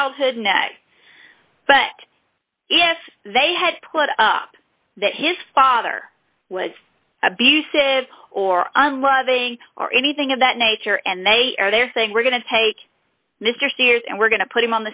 childhood net but if they had put up that his father was abusive or unloving or anything of that nature and they are they're saying we're going to take mr spears and we're going to put him